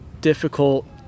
difficult